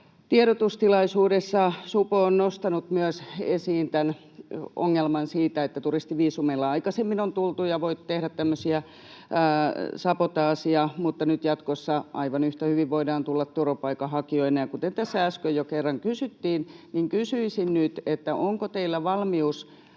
tiedotustilaisuudessa myös supo on nostanut esiin sen ongelman, että turistiviisumeilla aikaisemmin on tultu ja on voitu tehdä tämmöisiä sabotaaseja, mutta nyt jatkossa aivan yhtä hyvin voidaan tulla turvapaikanhakijoina. Kuten tässä äsken jo kerran kysyttiin, kysyisin nyt: Onko teillä valmius